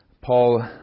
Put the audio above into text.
Paul